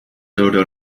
dodo